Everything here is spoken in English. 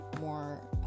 more